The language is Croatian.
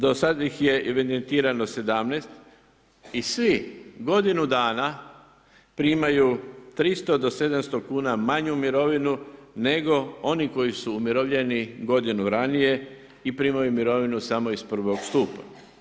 Do sada ih je evidentirano 17 i svi godinu dana primaju 300 do 700 kuna manju mirovinu nego oni koji su umirovljeni godinu ranije i primaju mirovinu samo ih I stupa.